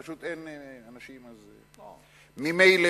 פשוט אין אנשים ממילא.